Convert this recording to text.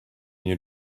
your